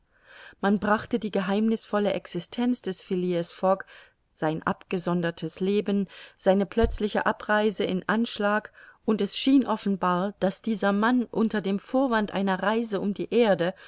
man brachte die geheimnißvolle existenz des phileas fogg sein abgesondertes leben seine plötzliche abreise in anschlag und es schien offenbar daß dieser mann unter dem vorwand einer reise um die erde